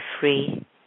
free